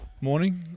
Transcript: Morning